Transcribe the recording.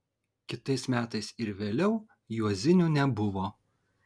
kitais metais ir vėliau juozinių nebuvo